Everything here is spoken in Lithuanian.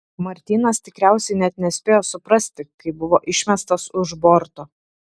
martynas tikriausiai net nespėjo suprasti kai buvo išmestas už borto